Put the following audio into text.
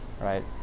right